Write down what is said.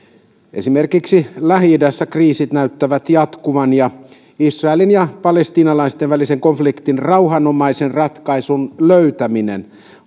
esimerkiksi lähi idässä kriisit näyttävät jatkuvan ja israelin ja palestiinalaisten välisen konfliktin rauhanomaisen ratkaisun löytäminen